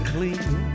Clean